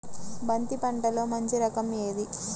బంతి పంటలో మంచి రకం ఏది?